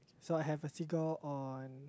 so I have a figure on